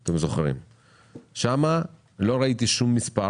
אבל לא ראיתי שום מספר,